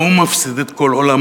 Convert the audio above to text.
והוא מפסיד את כל עולמו,